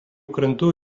krantu